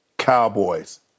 Cowboys